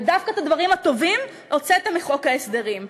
ודווקא את הדברים הטובים הוצאתם מחוק ההסדרים,